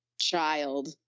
child